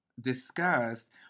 discussed